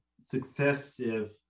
successive